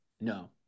No